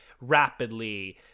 rapidly